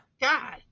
God